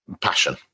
passion